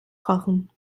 kochen